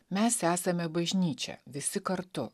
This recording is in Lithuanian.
mes esame bažnyčia visi kartu